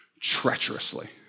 treacherously